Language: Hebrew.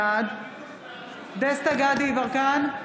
בעד דסטה גדי יברקן,